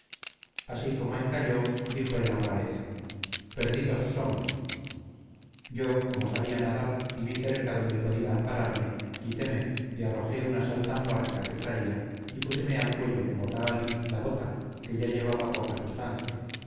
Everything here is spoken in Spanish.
así como encalló dijo el arráez perdidos somos yo como sabía nadar y vi cerca donde podía ampararme quiteme y arrojé una saltambarca que traía y púseme al cuello como tahalí la bota que ya llevaba poca substancia